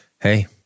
Hey